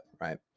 right